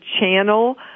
channel